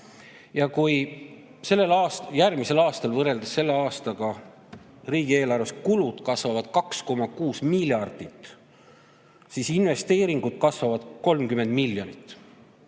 Ja kui järgmisel aastal võrreldes selle aastaga riigieelarve kulud kasvavad 2,6 miljardit, siis investeeringud kasvavad 30 miljonit.